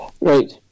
Right